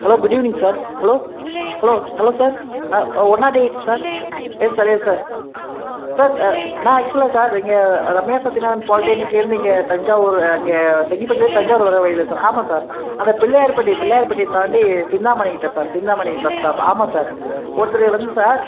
hello good evening sir hello hello ஸ் hello sir ah one nought eight sir yes sir yes sir sir நான் ஆக்ஷுவலாக sir த இங்கே ரம்யா சத்தியநாதன் பாலிடெக்னிக்லேருந்து இங்கே தஞ்சாவூர் அங்கே செங்கிப்பட்டிலேந்து தஞ்சாவூர் வர்ற வழியில் சார் ஆமாம் சார் அந்த பிள்ளையார்பட்டி பிள்ளையார்பட்டி தாண்டி சிந்தாமணிக் கிட்ட சார் சிந்தாமணி பஸ்ஸ்டாப் ஆமாம் சார் ஒருத்தர் வந்து சார்